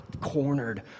cornered